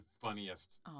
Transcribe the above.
funniest